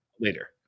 later